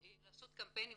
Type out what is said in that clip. ובקמפיינים.